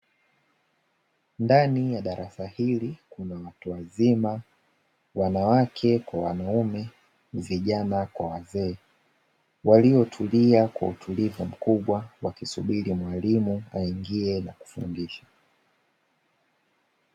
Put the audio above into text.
Ndani ya darasa hili kuna watu wazima, wanawake kwa wanaume, vijana kwa wazee waliotulia kwa utulivu mkubwa wakisubiri mwalimu aingie kuwafundisha.